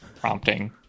prompting